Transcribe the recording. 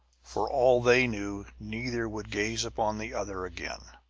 for all they knew, neither would gaze upon the other again.